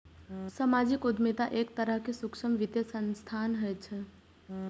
सामाजिक उद्यमिता एक तरहक सूक्ष्म वित्तीय संस्थान होइ छै